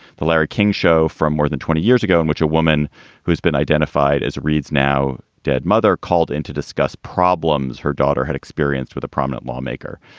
the larry king show from more than twenty years ago in which a woman who's been identified as reid's now dead mother called in to discuss problems her daughter had experienced with a prominent lawmaker.